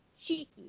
cheeky